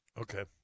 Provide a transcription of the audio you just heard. Okay